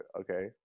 okay